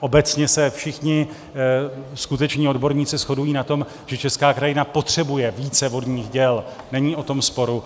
obecně se všichni skuteční odborníci shodují na tom, že česká krajina potřebuje více vodních děl, není o tom sporu.